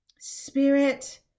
Spirit